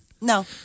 No